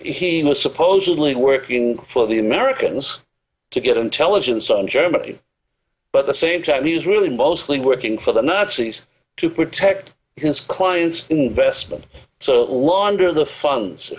he was supposedly working for the americans to get intelligence on germany but the same time he was really mostly working for the nazis to protect his clients invest them so law under the funds